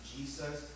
Jesus